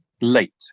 late